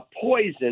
poison